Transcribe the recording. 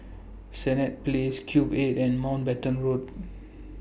Senett Place Cube eight and Mountbatten Road